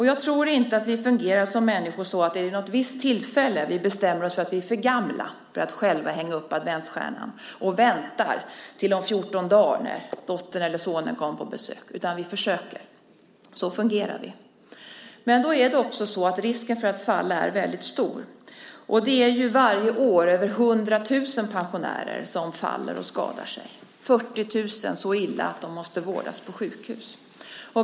Jag tror inte att vi människor fungerar så att vi vid något visst tillfälle bestämmer oss för att vi är för gamla för att själva hänga upp adventsstjärnan och väntar till om 14 dagar när dottern eller sonen kommer på besök, utan vi försöker. Så fungerar vi. Men risken för att falla är väldigt stor. Det är varje år över 100 000 pensionärer som faller och skadar sig, 40 000 så illa att de måste vårdas på sjukhus.